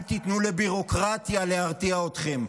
אל תיתנו לביורוקרטיה להרתיע אתכם.